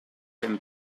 him